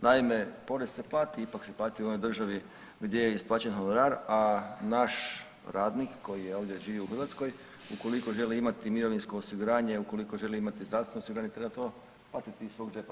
Naime, porez se plati ipak se plati u onoj državi gdje je isplaćen honorar, a naš radnik koji ovdje živi u Hrvatskoj ukoliko želi imati mirovinsko osiguranje, ukoliko želi imati zdravstveno osiguranje treba to platiti iz svog džepa.